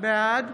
בעד